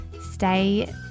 stay